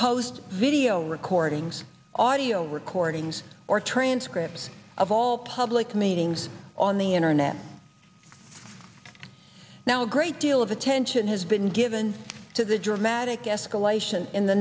post video recordings audio recordings or transcripts of all public meetings on the internet now a great deal of attention has been given to the dramatic escalation in the